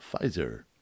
Pfizer